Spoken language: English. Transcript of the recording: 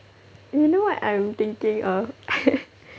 you know what I'm thinking of